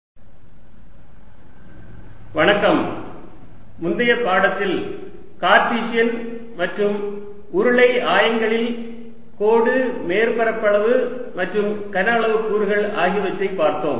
கோள முனைவு ஆயங்களில் கோடு மேற்பரப்பளவு மற்றும் கன அளவு கூறுகள் முந்தைய பாடத்தில் கார்ட்டீசியன் மற்றும் உருளை ஆயங்களில் கோடு மேற்பரப்பளவு மற்றும் கன அளவு கூறுகள் ஆகியவற்றைப் பார்த்தோம்